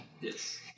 yes